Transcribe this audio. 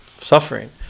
suffering